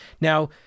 Now